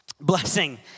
Blessing